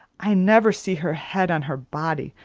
i never see her head on her body,